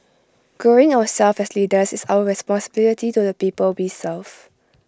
growing ourselves as leaders is our responsibility to the people we serve